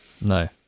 No